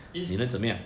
is